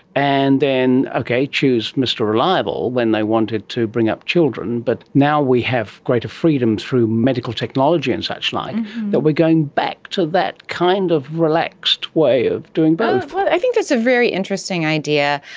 and then, okay, choose mr reliable when they wanted to bring up children, but now we have greater freedom through medical technology and suchlike that we are going back to that kind of relaxed way of doing both. i think that's a very interesting idea.